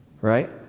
Right